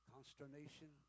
consternation